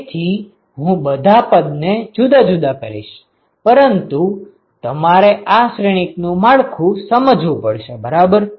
તેથી હું બધા પદ ને જુદા જુદા કરીશ પરંતુ તમારે આ શ્રેણિક નું માળખું સમજવું પડશે બરાબર